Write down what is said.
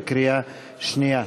בקריאה שנייה.